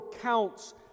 counts